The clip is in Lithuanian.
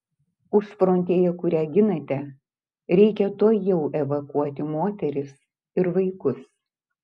užfrontėje kurią ginate reikia tuojau evakuoti moteris ir vaikus